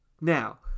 Now